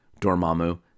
Dormammu